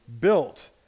built